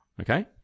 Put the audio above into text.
Okay